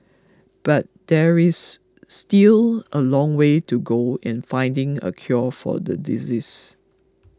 but there is still a long way to go in finding a cure for the disease